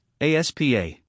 ASPA